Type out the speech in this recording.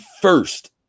first